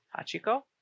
Hachiko